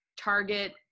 target